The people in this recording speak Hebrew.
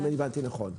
האם אני הבנתי נכון?